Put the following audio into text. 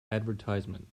advertisement